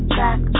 back